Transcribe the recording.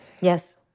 Yes